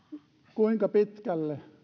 kuinka pitkälle